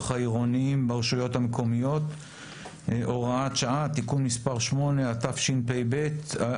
העירוניים ברשויות המקומיות (הוראת שעה) (תיקון מספר 8) התשפ"ב-2022